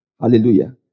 Hallelujah